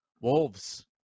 wolves